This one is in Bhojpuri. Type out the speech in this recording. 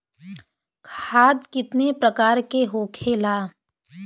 खाद कितने प्रकार के होखेला?